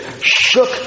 shook